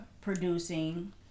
producing